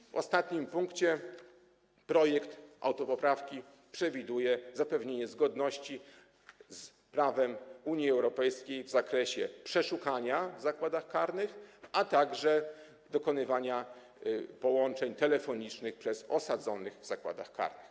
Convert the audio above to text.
I w ostatnim punkcie projekt autopoprawki przewiduje zapewnienie zgodności z prawem Unii Europejskiej w zakresie przeszukania w zakładach karnych, a także dokonywania połączeń telefonicznych przez osadzonych w zakładach karnych.